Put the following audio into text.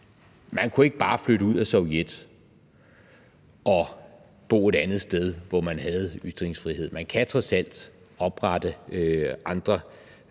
man kunne ikke bare flytte ud af Sovjet og bo et andet sted, hvor man havde ytringsfrihed. Man kan trods alt oprette andre